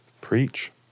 Preach